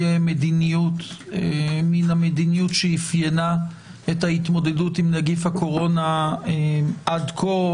מדיניות מן המדיניות שאפיינה את ההתמודדות עם נגיף הקורונה עד כה,